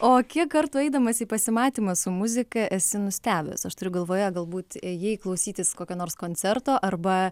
o kiek kartų eidamas į pasimatymą su muzika esi nustebęs aš turiu galvoje galbūt ėjai klausytis kokio nors koncerto arba